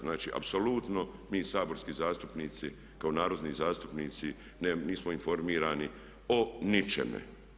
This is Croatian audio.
Znači apsolutno mi saborski zastupnici kao narodni zastupnici nismo informirani o ničemu.